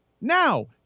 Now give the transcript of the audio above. Now